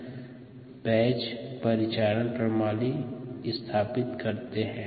आगम और निर्गम विभिन्न संयोजन से फेड बैच परिचालन प्रणाली स्थापित कर सकते है